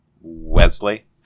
wesley